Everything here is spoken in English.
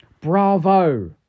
Bravo